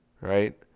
right